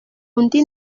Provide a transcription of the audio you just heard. undi